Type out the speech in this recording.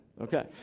Okay